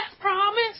Promise